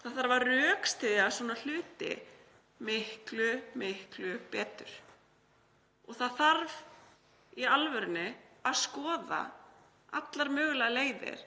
Það þarf að rökstyðja svona hluti miklu, miklu betur. Það þarf í alvörunni að skoða allar mögulegar leiðir